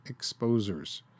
Exposers